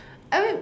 I mean